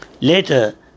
Later